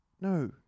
No